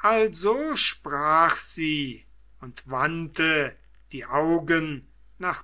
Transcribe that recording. also sprach sie und wandte die augen nach